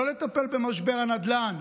לא לטפל במשבר הנדל"ן,